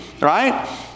right